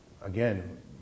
Again